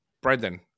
Brendan